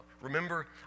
remember